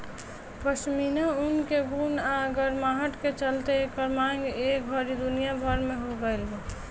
पश्मीना ऊन के गुण आ गरमाहट के चलते एकर मांग ए घड़ी दुनिया भर में हो गइल बा